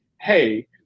hey